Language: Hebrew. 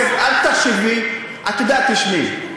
הכסף, אל תחשבי, את יודעת, תשמעי,